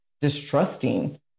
distrusting